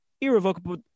irrevocable